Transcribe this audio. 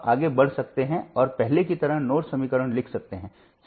अब इस मामले में सभी नोड्स पर KCL समीकरण लिखने में कोई समस्या नहीं है